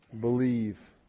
believe